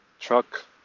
truck